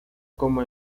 como